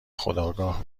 خودآگاه